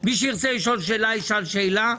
מי שירצה לשאול שאלה ישאל שאלה,